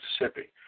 Mississippi